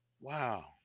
Wow